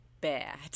bad